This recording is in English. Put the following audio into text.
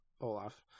Olaf